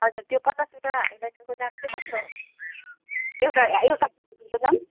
हजुर त्यो पचासवटा हाइलाइटरको दाम चाहिँ कति हो एउटा आ एउटा हाइलाइटरको दाम